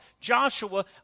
Joshua